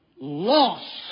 loss